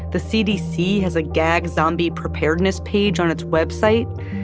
the cdc has a gag zombie preparedness page on its web site.